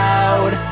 out